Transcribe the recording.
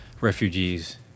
refugees